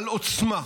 על עוצמה,